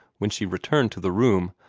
when she returned to the room,